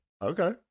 Okay